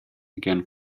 again